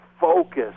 focus